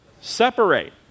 Separate